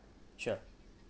sure